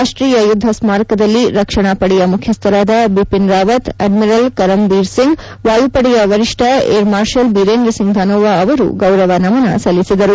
ರಾಷ್ಟೀಯ ಯುದ್ದ ಸ್ನಾರಕದಲ್ಲಿ ರಕ್ಷಣಾ ಪಡೆಯ ಮುಖ್ಯಸ್ಥರಾದ ಬಿಪಿನ್ ರಾವತ್ ಅಡ್ನಿರಲ್ ಕರಮ್ಬೀರ್ ಸಿಂಗ್ ವಾಯುಪಡೆಯ ವರಿಷ್ಠ ಏರ್ ಮಾರ್ಷಲ್ ಬಿರೇಂದ್ರ ಸಿಂಗ್ ಧನೋವಾ ಅವರು ಗೌರವ ನಮನ ಸಲ್ಲಿಸಿದರು